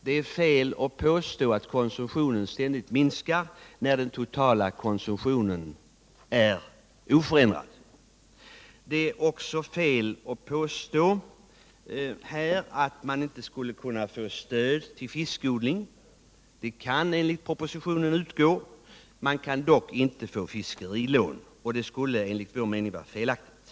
Det är fel att påstå att konsumtionen ständigt minskar när den totala konsumtionen är oförändrad. Det är också fel att här påstå att man inte skulle kunna få stöd till fiskodling — det kan enligt propositionen utgå. Man kan dock inte få bidrag, och det skulle enligt vår mening vara felaktigt.